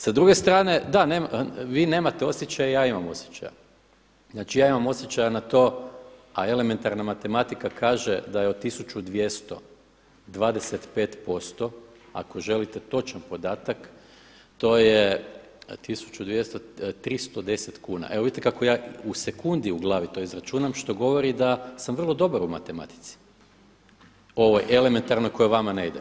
Sa druge strane, da vi nemate osjećaj ja imam osjećaj, ja imam osjećaja za to, a elementarna matematika kaže da je od 1200 25% ako želite točan podatak to je 310 kuna, evo vidite kako ja to u sekundi u glavi to izračunam što govori da sam vrlo dobar u matematici ovoj elementarnoj koja vama ne ide.